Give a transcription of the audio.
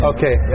Okay